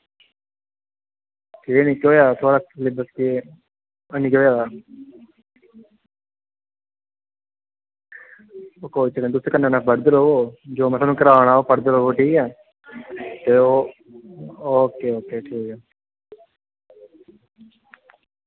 ठीक ऐ नी ते थुआढ़ा सिलेवस के आनी होया कोई चक्कर नी तुस कन्नैं कन्नैं पढ़दे रवो जेह्ड़ा थोआनूं करा ना ओह् करदे रवो ठीक ऐ ओह् ओ के ओ के ठीक ऐ